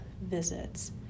visits